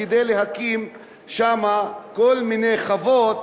כדי להקים שם כל מיני חוות